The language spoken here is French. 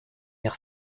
air